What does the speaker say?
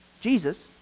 jesus